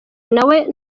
nawe